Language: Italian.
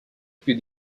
più